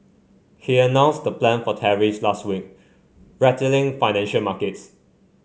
he announced the plan for tariffs last week rattling financial markets